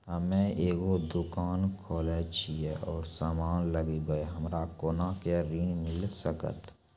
हम्मे एगो दुकान खोलने छी और समान लगैबै हमरा कोना के ऋण मिल सकत?